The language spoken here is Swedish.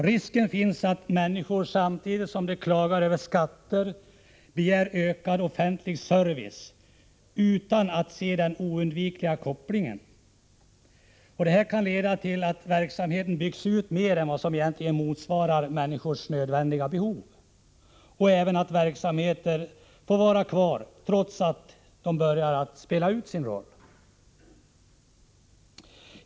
Risken finns att människor samtidigt som de klagar över skatterna begär ökad offentlig service utan att se den oundvikliga kopplingen. Detta kan leda till att verksamheter byggs ut mer än vad som egentligen motsvarar människors nödvändiga behov, och även till att verksamheter får vara kvar trots att de börjar spela ut sin roll.